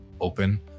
open